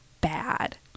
bad